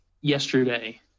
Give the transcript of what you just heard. yesterday